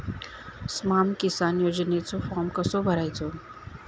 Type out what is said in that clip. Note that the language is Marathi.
स्माम किसान योजनेचो फॉर्म कसो भरायचो?